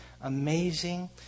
amazing